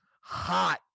hot